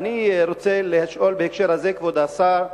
ואני רוצה לשאול בהקשר הזה, כבוד השר,